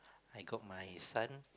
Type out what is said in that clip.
I got my son